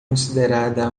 considerada